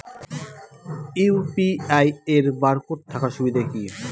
UPI এর barcode থাকার সুবিধে কি?